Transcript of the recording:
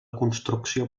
construcció